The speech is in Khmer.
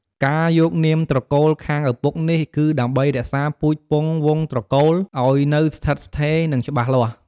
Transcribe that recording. ការយកនាមត្រកូលខាងឪពុកនេះ គឺដើម្បីរក្សា ពូជពង្សវង្សត្រកូលឲ្យនៅស្ថិតស្ថេរ និងច្បាស់លាស់។